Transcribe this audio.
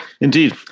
indeed